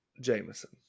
Jameson